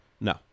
No